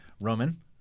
Roman